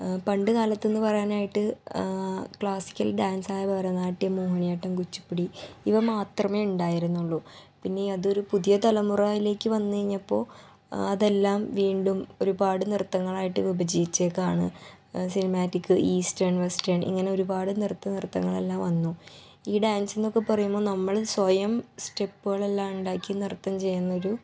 പണ്ട് കാലത്ത് എന്ന് പറയാനായിട്ട് ക്ലാസ്സിക്കൽ ഡാൻസ് ആയ ഭരതനാട്യം മോഹിനിയാട്ടം കുച്ചിപ്പുടി ഇവ മാത്രമേ ഉണ്ടായിരുന്നുളളൂ പിന്നെ അതൊരു പുതിയ തലമുറയിലേക്ക് വന്നുകഴിഞ്ഞപ്പോൾ അതെല്ലാം വീണ്ടും ഒരുപാട് നൃത്തങ്ങളായിട് വിഭജിച്ചിരിക്കുവാണ് സിനിമാറ്റിക് ഈസ്റ്റേൺ വെസ്റ്റേൺ ഇങ്ങനെ ഒരുപാട് നൃത്ത നൃത്തങ്ങളെല്ലാം വന്നു ഈ ഡാൻസ് എന്നൊക്കെ പറയുമ്പോൾ നമ്മൾ സ്വയം സ്റ്റെപ്പുകളെലാം ഉണ്ടാക്കി നൃത്തം ചെയ്യുന്നൊരു